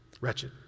Wretched